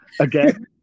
again